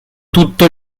tutto